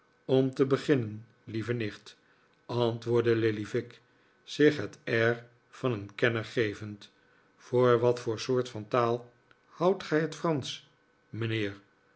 om te beginnen lieve nicht antwoordde lillyvick zich het air van een kenner gevend voor wat soort van taal houdt gij het fransch mijnheer